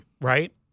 right